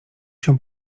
się